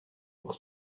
pour